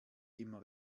immer